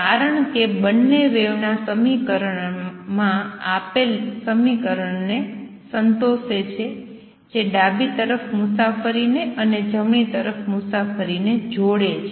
કારણ કે બંને વેવના સમીકરણમાં આપેલ સમીકરણને સંતોષે છે જે ડાબી તરફ મુસાફરીને અને જમણી તરફ મુસાફરી જે જોડે છે